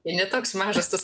ne toks mažas tas